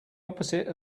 opposite